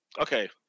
okay